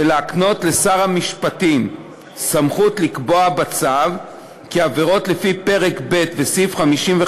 ונקנה לשר המשפטים סמכות לקבוע בצו כי עבירות לפי פרק ב' וסעיף 55